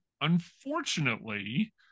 Unfortunately